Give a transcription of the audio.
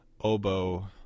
oboe